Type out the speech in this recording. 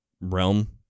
realm